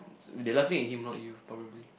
they laughing at him not you probably